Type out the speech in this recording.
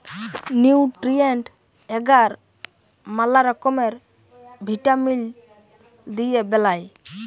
nutrient এগার ম্যালা রকমের ভিটামিল দিয়ে বেলায়